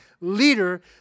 leader